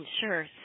Sure